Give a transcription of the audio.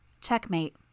Checkmate